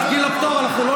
שנייה.